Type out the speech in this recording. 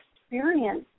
experience